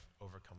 overcome